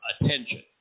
attention